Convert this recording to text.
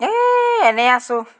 এই এনেই আছোঁ